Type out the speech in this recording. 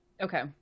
Okay